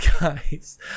guys